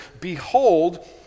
behold